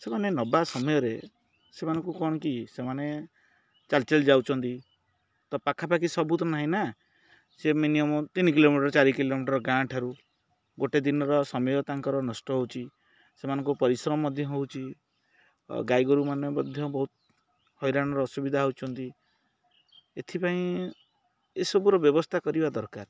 ସେମାନେ ନବା ସମୟରେ ସେମାନଙ୍କୁ କ'ଣ କି ସେମାନେ ଚାଲିଚାଲି ଯାଉଛନ୍ତି ତ ପାଖାପାଖି ସବୁ ତ ନାହିଁନା ସେ ମିନିମମ୍ ତିନି କିଲୋମିଟର ଚାରି କିଲୋମିଟର ଗାଁ ଠାରୁ ଗୋଟେ ଦିନର ସମୟ ତାଙ୍କର ନଷ୍ଟ ହେଉଛି ସେମାନଙ୍କୁ ପରିଶ୍ରମ ମଧ୍ୟ ହେଉଛି ଗାଈ ଗୋରୁମାନେ ମଧ୍ୟ ବହୁତ ହଇରାଣର ଅସୁବିଧା ହେଉଛନ୍ତି ଏଥିପାଇଁ ଏସବୁର ବ୍ୟବସ୍ଥା କରିବା ଦରକାର